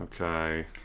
Okay